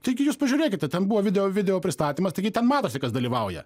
taigi jūs pažiūrėkite ten buvo video video pristatymas taigi ten matosi kas dalyvauja